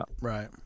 Right